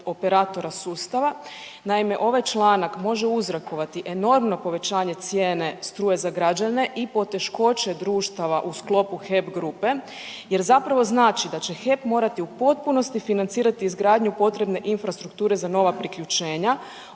operatora sustava. Naime, ovaj članak može uzrokovati enormno povećanje cijene struje za građane i poteškoće društava u sklopu HEP grupe jer zapravo znači da će HEP morati u potpunosti financirati izgradnju potrebne infrastrukture za nova priključenja.